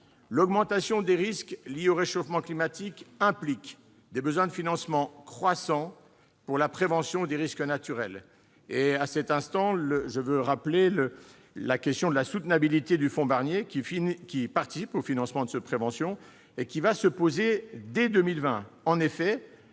L'augmentation des risques liés au réchauffement climatique implique des besoins de financement croissants en matière de prévention. À cet instant, je veux rappeler que la question de la soutenabilité du fonds Barnier, lequel participe au financement de cette prévention, se posera dès 2020.